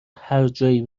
هرجایی